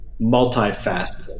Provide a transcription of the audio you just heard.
multifaceted